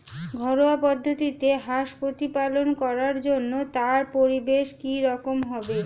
ঘরোয়া পদ্ধতিতে হাঁস প্রতিপালন করার জন্য তার পরিবেশ কী রকম হবে?